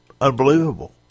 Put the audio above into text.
unbelievable